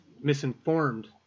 misinformed